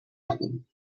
album